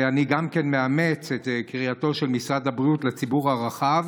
אני גם מאמץ את קריאתו של משרד הבריאות לציבור הרחב,